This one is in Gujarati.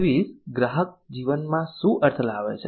સર્વિસ ગ્રાહક જીવનમાં શું અર્થ લાવે છે